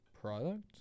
product